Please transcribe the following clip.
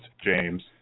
James